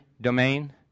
domain